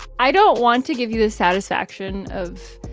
i don't want to give you the satisfaction of,